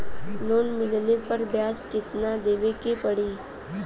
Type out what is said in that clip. Loan मिलले पर ब्याज कितनादेवे के पड़ी?